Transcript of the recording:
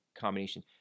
combination